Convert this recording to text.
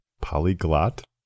Polyglot